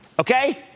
Okay